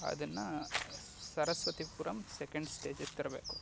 ಅದನ್ನು ಸರಸ್ವತಿಪುರಂ ಸೆಕೆಂಡ್ ಸ್ಟೇಜಿಗೆ ತರಬೇಕು